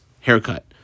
haircut